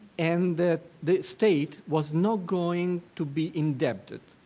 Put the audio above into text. and that the state was not going to be indebted.